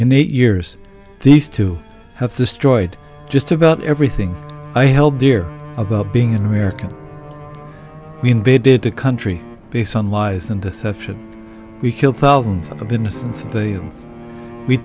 in eight years these two have destroyed just about everything i held dear about being an american we invaded a country based on lies and deception we killed thousands of innocent civilians we